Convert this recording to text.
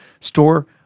store